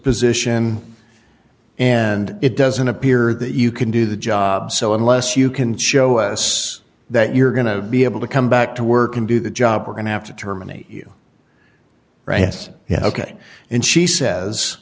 position and it doesn't appear that you can do the job so unless you can show us that you're going to be able to come back to work and do the job we're going to have to terminate you right yes yes ok and she says